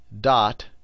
dot